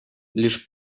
лишь